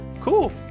cool